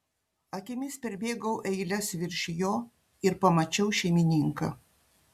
akimis perbėgau eiles virš jo ir pamačiau šeimininką